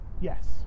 Yes